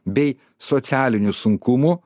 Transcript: bei socialinių sunkumų